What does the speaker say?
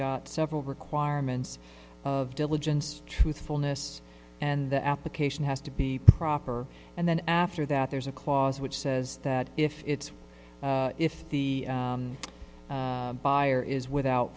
got several requirements of diligence truthfulness and the application has to be proper and then after that there's a clause which says that if it's if the buyer is without